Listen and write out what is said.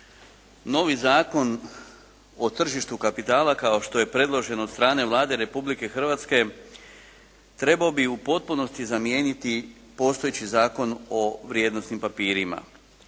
Novi Zakon o tržištu kapitala kao što je predložen od strane Vlade Republike Hrvatske trebao bi u potpunosti zamijeniti postojeći Zakon o vrijednosnim papirima